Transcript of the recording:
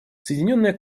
соединенное